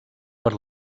per